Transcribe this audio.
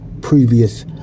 previous